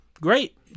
great